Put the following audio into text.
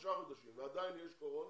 שלושה חודשים ועדיין יש קורונה,